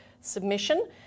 submission